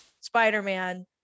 Spider-Man